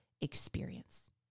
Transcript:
experience